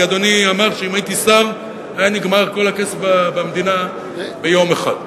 כי אדוני אמר שאם הייתי שר היה נגמר כל הכסף במדינה ביום אחד,